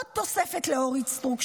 עוד תוספת לאורית סטרוק,